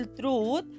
truth